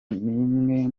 niwe